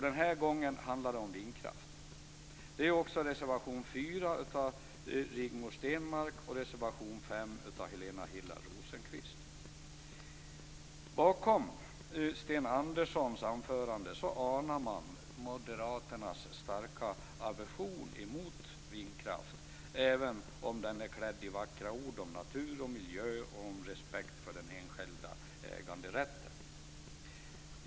Den här gången handlar det om vindkraft. Det gör också reservation 4 av Rigmor Stenmark och reservation 5 av Helena Hillar Rosenqvist. Bakom Sten Anderssons anförande anar man moderaternas starka aversion emot vindkraft, även om den är klädd i vackra ord om natur och miljö och respekt för den enskilda äganderätten.